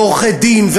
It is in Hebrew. ועורכי-דין,